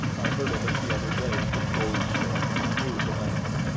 i heard of it the other day from goldsmith, who knew the man.